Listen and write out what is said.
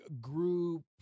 group